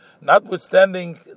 notwithstanding